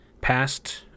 past